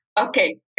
Okay